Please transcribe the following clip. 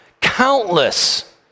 countless